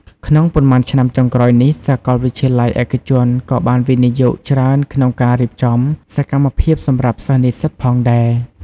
ក្នុងប៉ុន្មានឆ្នាំចុងក្រោយនេះ សាកលវិទ្យាល័យឯកជនក៏បានវិនិយោគច្រើនក្នុងការរៀបចំសកម្មភាពសម្រាប់សិស្សនិស្សិតផងដែរ។